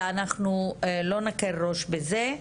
ואנחנו לא נקל ראש בזה,